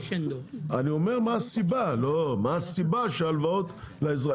אני אומר מה הסיבה שההלוואות לאזרח,